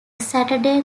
saturday